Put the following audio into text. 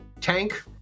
tank